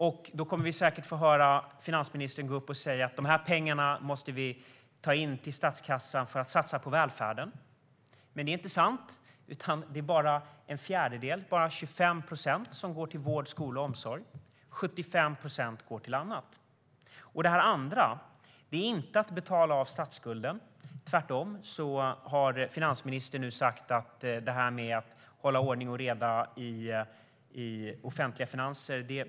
Vi kommer säkert att få höra finansministern säga att vi måste ta in de pengarna till statskassan för att satsa på välfärden. Men det är inte sant, utan det är bara en fjärdedel, bara 25 procent, som går till vård, skola och omsorg, medan 75 procent går till annat. Och detta andra är inte att betala av statsskulden. Tvärtom har finansministern nu sagt att vi inte längre behöver bry oss om detta med att hålla ordning och reda i de offentliga finanserna.